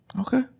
Okay